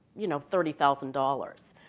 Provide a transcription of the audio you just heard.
you know, thirty thousand dollars.